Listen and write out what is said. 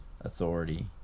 authority